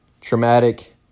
traumatic